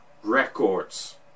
records